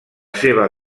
seva